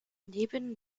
neben